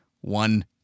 one